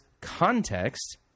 context